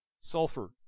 sulfur